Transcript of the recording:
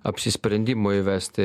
apsisprendimo įvesti